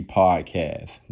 podcast